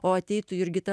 o ateitų jurgita